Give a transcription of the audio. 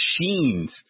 machines